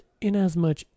inasmuch